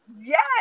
Yes